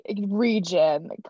region